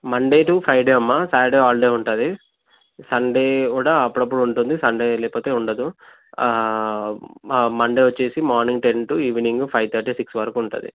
Monday to Friday అమ్మా Saturday holiday ఉంటుంది Sunday కూడా అప్పుడప్పుడు ఉంటుంది సండే లేకపోతే ఉండదు మండే వచ్చేసి morning ten to evening five thirty six వరకు ఉంటుంది